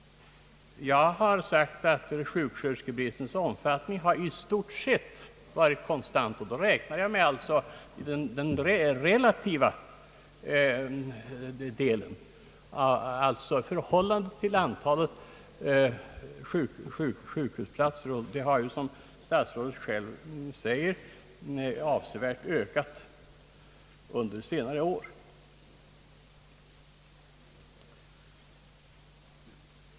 Jag har sagt att sjuksköterskebristens omfattning har i stort sett varit konstant. Då räknar jag alltså bristen i förhållande till antalet sjukhusplatser, och detta antal har, som statsrådet självt sagt, avsevärt ökat under senare år.